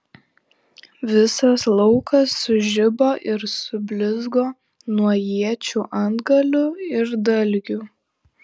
visas laukas sužibo ir sublizgo nuo iečių antgalių ir dalgių